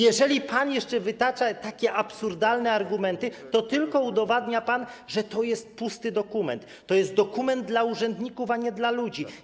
Jeżeli pan jeszcze wytacza takie absurdalne argumenty, to tylko udowadnia pan, że to jest pusty dokument, to jest dokument dla urzędników, a nie dla ludzi.